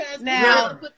Now